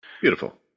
Beautiful